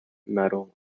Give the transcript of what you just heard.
metal